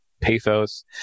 pathos